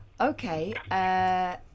Okay